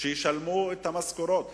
שישלמו את המשכורות,